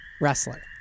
wrestler